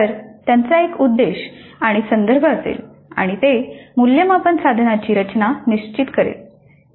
तर त्यांचा एक उद्देश आणि संदर्भ असेल आणि ते मूल्यमापन साधनाची रचना निश्चित करेल